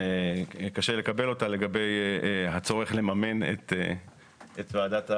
שקשה לי לקבל אותה לגבי הצורך לממן את ועדת האישורים.